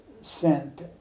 sent